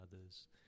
others